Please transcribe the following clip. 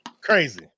Crazy